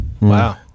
Wow